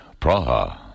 Praha